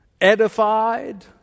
edified